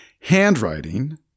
Handwriting